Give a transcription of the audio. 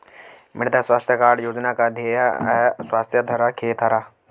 मृदा स्वास्थ्य कार्ड योजना का ध्येय है स्वस्थ धरा, खेत हरा